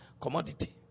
commodity